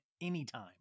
anytime